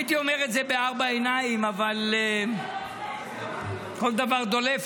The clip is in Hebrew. הייתי אומר את זה בארבע עיניים, אבל כל דבר דולף.